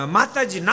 Mataji